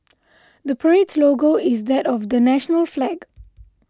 the parade's logo is that of the national flag